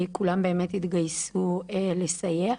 כולם באמת התגייסו לסייע.